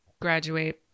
graduate